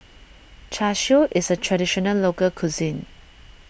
Char Siu is a Traditional Local Cuisine